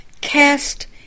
cast